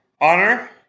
Honor